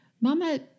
mama